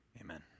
Amen